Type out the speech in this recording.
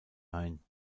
ein